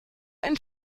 ein